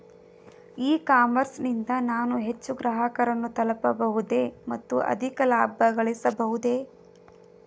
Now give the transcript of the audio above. E commerce ನಿಂದ ನಾನು ಹೆಚ್ಚು ಗ್ರಾಹಕರನ್ನು ತಲುಪಬಹುದೇ ಮತ್ತು ಅಧಿಕ ಲಾಭಗಳಿಸಬಹುದೇ?